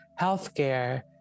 healthcare